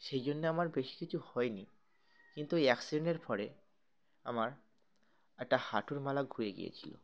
সেই জন্যে আমার বেশি কিছু হয়নি কিন্তু ওই অ্যাক্সিডেন্টের পরে আমার এটটা হাঁটুর মালা ঘুরে গিয়েছিল